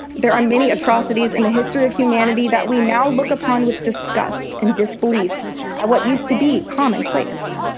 there are many atrocities in the history of humanity that we now look upon with disgust and disbelief at what used to be commonplace.